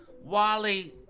Wally